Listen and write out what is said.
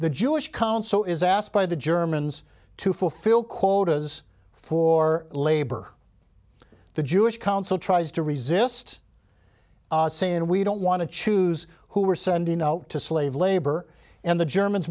the jewish council is asked by the germans to fulfill quotas for labor the jewish council tries to resist saying we don't want to choose who we're sending out to slave labor and the germans